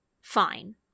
fine